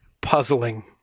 puzzling